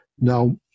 Now